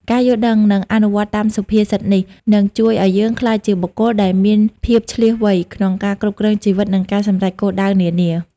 ការយល់ដឹង និងអនុវត្តតាមសុភាសិតនេះ នឹងជួយឲ្យយើងក្លាយជាបុគ្គលដែលមានភាពឈ្លាសវៃក្នុងការគ្រប់គ្រងជីវិត និងការសម្រេចគោលដៅនានា។